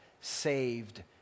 saved